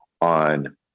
on